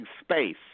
space